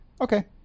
Okay